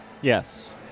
Yes